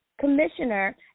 Commissioner